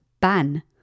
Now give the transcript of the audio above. ban